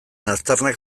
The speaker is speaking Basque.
aztarnak